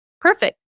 perfect